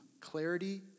clarity